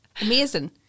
Amazing